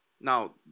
Now